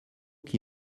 qui